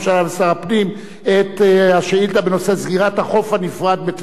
הפנים את השאילתא בנושא: סגירת החוף הנפרד בטבריה.